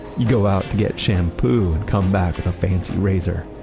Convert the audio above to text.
you go out to get shampoo and come back with a fancy razor.